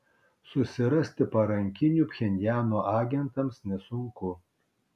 susirasti parankinių pchenjano agentams nesunku